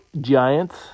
Giants